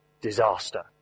Disaster